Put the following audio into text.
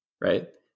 Right